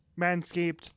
Manscaped